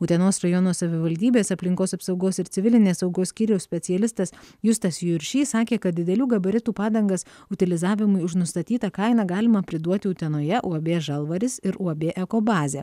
utenos rajono savivaldybės aplinkos apsaugos ir civilinės saugos skyriaus specialistas justas juršys sakė kad didelių gabaritų padangas utilizavimui už nustatytą kainą galima priduoti utenoje uab žalvaris ir uab ekobazė